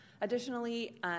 Additionally